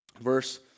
Verse